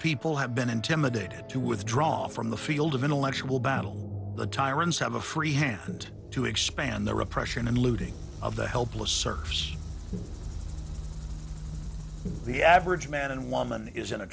people have been intimidated to withdraw from the field of intellectual battle the tyrants have a free hand to expand their oppression and looting of the helpless serves the average man and woman is in a